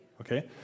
Okay